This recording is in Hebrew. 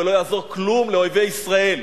ולא יעזור כלום לאויבי ישראל,